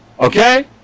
okay